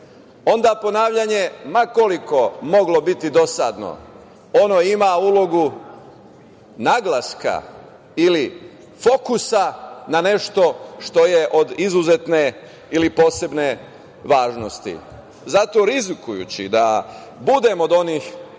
onda ponavljanje, ma koliko moglo biti dosadno, ima ulogu naglaska ili fokusa na nešto što je od izuzetne ili posebne važnosti. Zato, rizikujući da budem od onih